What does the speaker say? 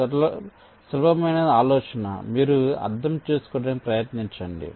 సులభమైన ఆలోచన మీరు అర్థం చేసుకోవడానికి ప్రయత్నించండి